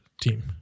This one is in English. team